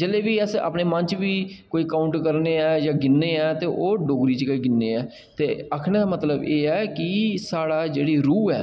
जेल्लै बी अस अपने मंझ बी कोई काऊंट करने ऐं जां गिनने ऐं ते ओह् डोगरी च गै गिनने ऐं ते आखने दा मतलब एह् ऐ कि साढ़ा जेह्ड़ी रूह् ऐ